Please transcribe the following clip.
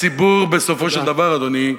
הציבור, בסופו של דבר, אדוני,